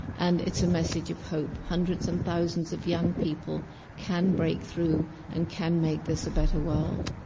and it's a message of hope. hundreds and thousands of young people can break through and can make this a better world,